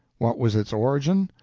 what was its origin?